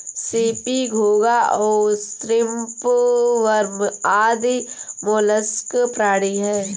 CP, घोंगा और shrimp worm आदि मौलास्क प्राणी हैं